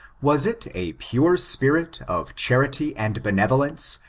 was it a pore spirit of charity and benevolence,